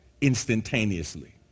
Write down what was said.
instantaneously